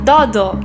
Dodo